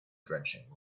drenching